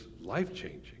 life-changing